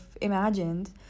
imagined